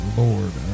lord